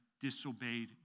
disobeyed